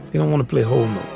you don't want to play home.